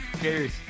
Cheers